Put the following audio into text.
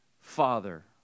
Father